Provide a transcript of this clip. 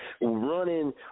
running